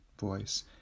voice